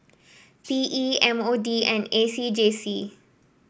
P E M O D and A C J C